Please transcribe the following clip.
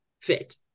fit